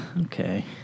Okay